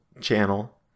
channel